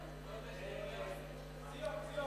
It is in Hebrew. הוא לא יודע שזה עולה היום.